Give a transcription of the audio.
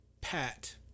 Pat